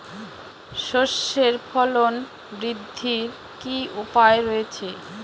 সর্ষের ফলন বৃদ্ধির কি উপায় রয়েছে?